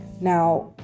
Now